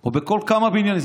או בכל כמה בניינים.